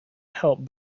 help